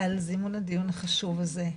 על זימון הדיון החשוב הזה.